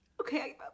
Okay